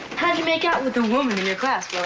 how did you make out with the woman, in your class,